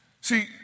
See